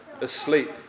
asleep